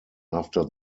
after